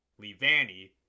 Levani